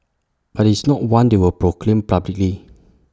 but IT is not one they will proclaim publicly